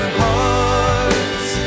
hearts